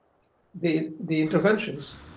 the the interventions,